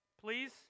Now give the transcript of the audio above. Please